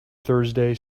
thursday